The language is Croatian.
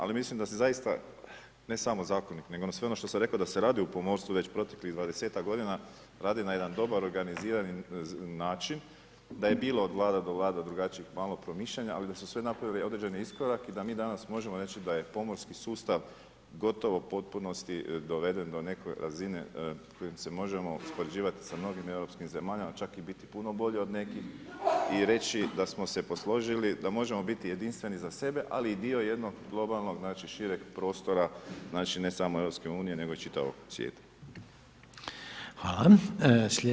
Ali mislim da se zaista ne samo Zakonik nego sve ono što sam rekao da se radi u pomorstvu već proteklih dvadesetak godina radi na jedan dobar organiziran način da je bilo od vlada do vlada drugačijih promišljanja ali da su sve napravile određen iskorak i da mi danas možemo reći da je pomorski sustav gotovo u potpunosti doveden do neke razine kojim se možemo uspoređivati sa mnogim europskim zemljama čak i biti puno bolji od nekih i reći da smo sve posložili da možemo biti jedinstveni za sebe ali i dio jednog globalnog znači šireg prostora, znači ne samo Europske unije nego i čitavog svijeta.